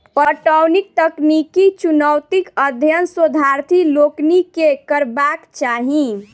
पटौनीक तकनीकी चुनौतीक अध्ययन शोधार्थी लोकनि के करबाक चाही